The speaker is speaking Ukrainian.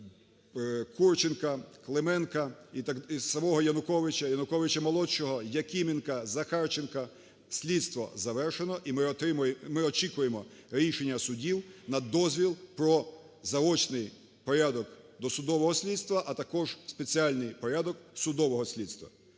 Курченка, Клименка, самого Януковича, Януковича-молодшого, Якименка, Захарченка – слідство завершено і ми отримаємо… ми очікуємо рішення судів на дозвіл про заочний порядок досудового слідства, а також спеціальний порядок судового слідства.